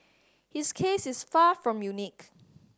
his case is far from unique